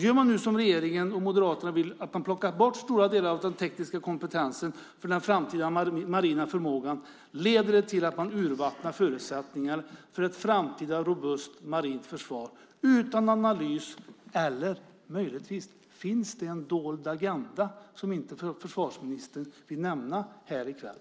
Gör man nu som regeringen och Moderaterna vill, att man plockar bort stora delar av den tekniska kompetensen för den framtida marina förmågan, leder det till att man urvattnar förutsättningarna för ett framtida robust marint försvar utan analys. Eller finns det möjligtvis en dold agenda som inte försvarsministern vill nämna här i kväll?